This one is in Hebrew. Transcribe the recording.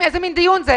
איזה מין דיון זה?